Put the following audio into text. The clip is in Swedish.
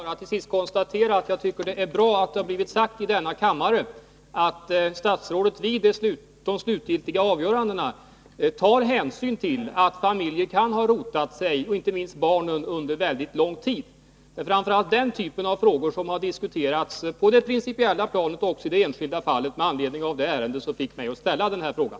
Herr talman! Jag vill bara till sist konstatera, att det är bra att det har blivit sagt i denna kammare att statsrådet vid de slutgiltiga avgörandena tar hänsyn till att familjer, inte minst barnen, kan ha rotat sig under väldigt lång tid. Det är framför allt den typen av frågor som har diskuterats på det principiella planet och även i det enskilda fallet med anledning av det ärende som fick mig att ställa den här frågan.